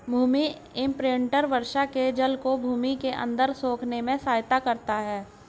भूमि imprinter वर्षा के जल को भूमि के अंदर सोखने में सहायता करता है